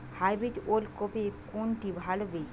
Hybrid ওল কপির কোনটি ভালো বীজ?